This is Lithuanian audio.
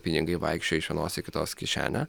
pinigai vaikščiojo iš vienos į kitos kišenę